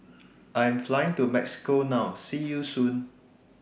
I Am Flying to Mexico now See YOU Soon